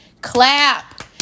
clap